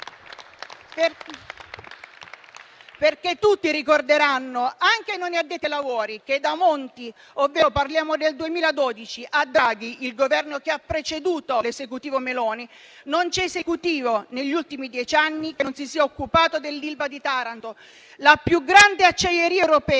Tutti ricorderanno - anche i non addetti ai lavori - che da Monti, quindi nel 2012, a Draghi, il Governo che ha preceduto l'Esecutivo Meloni, non c'è stato Esecutivo negli ultimi dieci anni che non si sia occupato dell'Ilva di Taranto, la più grande acciaieria europea,